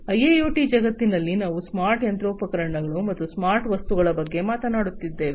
IIoT ಜಗತ್ತಿನಲ್ಲಿ ನಾವು smart ಯಂತ್ರೋಪಕರಣಗಳು ಮತ್ತು ಸ್ಮಾರ್ಟ್ ವಸ್ತುಗಳ ಬಗ್ಗೆ ಮಾತನಾಡುತ್ತಿದ್ದೇವೆ